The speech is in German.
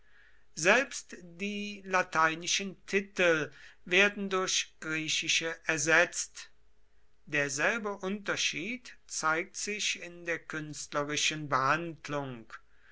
selbst die lateinischen titel werden durch griechische ersetzt derselbe unterschied zeigt sich in der künstlerischen behandlung